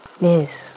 Yes